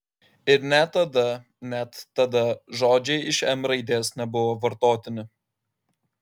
ir net tada net tada žodžiai iš m raidės nebuvo vartotini